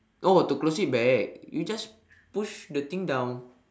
oh to close it back you just push the thing down